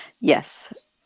Yes